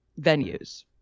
venues